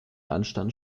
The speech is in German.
anstand